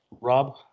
Rob